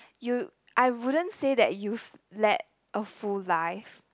you I wouldn't say that you've led a full life